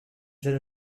jeune